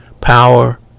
power